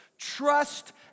trust